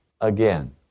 again